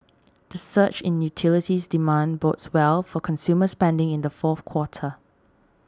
the surge in utilities demand bodes well for consumer spending in the fourth quarter